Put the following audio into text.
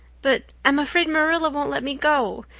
but i'm afraid marilla won't let me go.